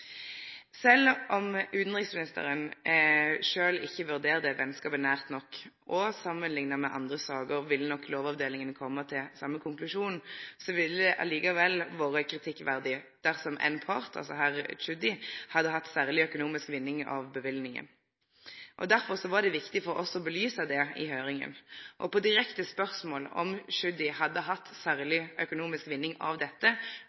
Sjølv om utanriksministeren sjølv ikkje vurderer den venskapen som nært nok, og samanlikna med andre saker ville nok Lovavdelinga komme til same konklusjonen, ville det likevel vore kritikkverdig dersom ein part, her Tschudi, hadde hatt særleg økonomisk vinning av løyvinga. Derfor var det viktig for oss å belyse det i høyringa. På direkte spørsmål om Tschudi hadde hatt særleg økonomisk vinning av dette,